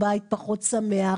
בית פחות שמח,